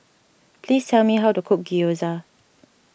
please tell me how to cook Gyoza